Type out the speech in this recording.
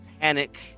Panic